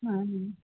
हां